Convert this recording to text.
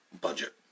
budget